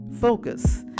focus